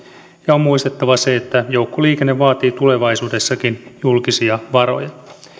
ja on muistettava että joukkoliikenne vaatii tulevaisuudessakin julkisia varoja